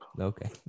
Okay